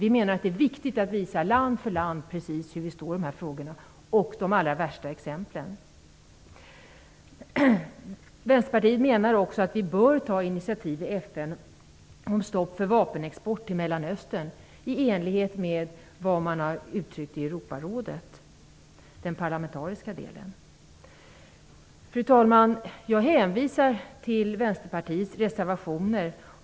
Vi menar att det är viktigt att land för land visa precis var vi står i de här frågorna liksom de allra värsta exemplen. Vänsterpartiet menar också att vi bör ta initiativ i FN för stopp av vapenexport till Mellanöstern, i enlighet med det man har uttryckt i den parlamentariska delen av Europarådet. Fru talman! Jag hänvisar till Vänsterpartiets reservationer.